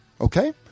Okay